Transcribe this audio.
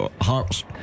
hearts